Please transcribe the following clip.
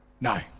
No